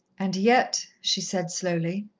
and yet, she said slowly,